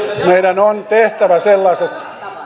meidän on tehtävä sellaiset